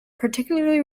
particularly